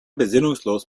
besinnungslos